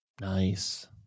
nice